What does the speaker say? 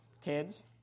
Kids